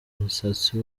musatsi